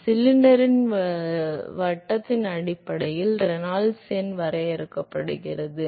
எனவே சிலிண்டரின் விட்டத்தின் அடிப்படையில் ரெனால்ட்ஸ் எண் வரையறுக்கப்படுகிறது